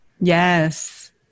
Yes